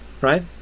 Right